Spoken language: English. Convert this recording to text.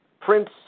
Prince